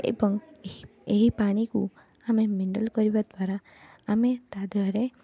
ଏବଂ ଏହି ଏହି ପାଣିକୁ ଆମେ ମିନେରାଲ କରିବାଦ୍ଵାରା ଆମେ ତାଦେହରେ